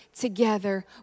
together